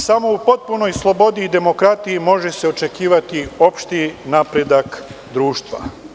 Samo u potpunoj slobodi i demokratiji može se očekivati opšti napredak društva.